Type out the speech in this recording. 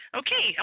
okay